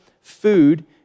food